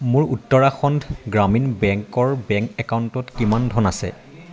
মোৰ উত্তৰাখণ্ড গ্ৰামীণ বেংকৰ বেংক একাউণ্টত কিমান ধন আছে